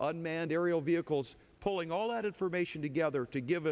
unmanned aerial vehicles pulling all that information together to give